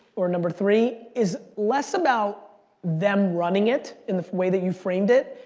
or number three, is less about them running it in the way that you framed it,